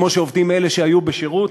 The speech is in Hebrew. כמו שעובדים אלה שהיו בשירות.